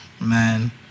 Man